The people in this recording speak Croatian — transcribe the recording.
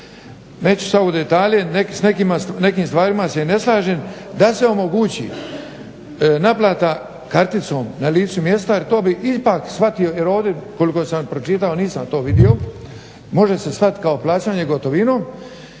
neću sad u detalje, s nekim stvarima se i ne slažem, da se omogući naplata karticom na listu mjesta jer to bi ipak shvatio jer ovdje koliko sam pročitao nisam to vidio, može se shvatit kao plaćanje gotovinom.